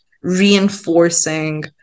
reinforcing